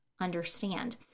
understand